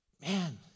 Man